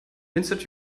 insert